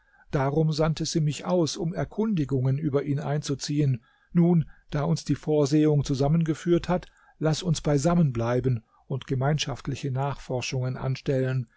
darum sandte sie mich aus um erkundigungen über ihn einzuziehen nun da uns die vorsehung zusammengeführt hat laß uns beisammen bleiben und gemeinschaftliche nachforschungen anstellen